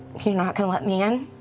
you're not going to let me in,